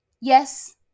Yes